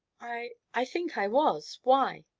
i i think i was why?